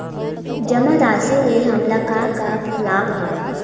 जमा राशि ले हमला का का लाभ हवय?